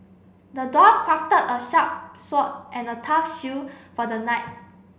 the dwarf crafted a sharp sword and a tough shield for the knight